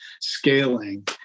scaling